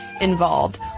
involved